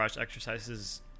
exercises